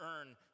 earn